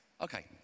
Okay